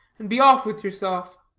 and be off with yourself.